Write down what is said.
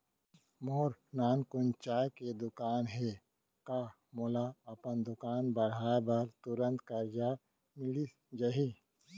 मोर नानकुन चाय के दुकान हे का मोला अपन दुकान बढ़ाये बर तुरंत करजा मिलिस जाही?